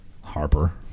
Harper